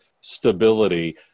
stability